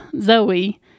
Zoe